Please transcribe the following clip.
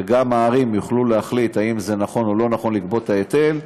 וגם הערים יוכלו להחליט אם זה נכון או לא נכון לגבות את ההיטל.